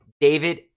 david